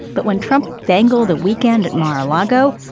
but when trump dangled a weekend at mar-a-lago,